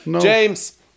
James